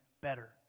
better